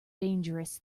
dangerous